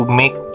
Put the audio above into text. make